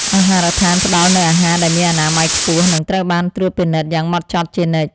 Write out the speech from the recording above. អាហារដ្ឋានផ្តល់នូវអាហារដែលមានអនាម័យខ្ពស់និងត្រូវបានត្រួតពិនិត្យយ៉ាងហ្មត់ចត់ជានិច្ច។